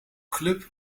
club